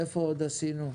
איפה עוד עשינו?